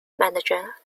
manager